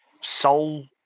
soul